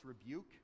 rebuke